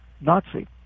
Nazi